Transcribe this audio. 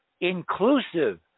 inclusive